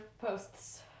posts